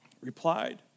replied